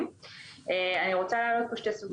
ה-16 באוגוסט 2021. היום נדון בדרישת המדינה